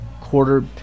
quarter